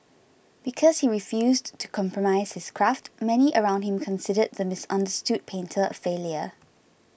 because he refused to compromise his craft many around him considered the misunderstood painter a failure